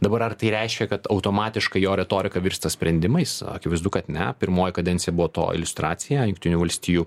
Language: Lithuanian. dabar ar tai reiškia kad automatiškai jo retorika virsta sprendimais akivaizdu kad ne pirmoji kadencija buvo to iliustracija jungtinių valstijų